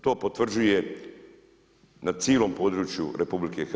To potvrđuje na cijelom području RH.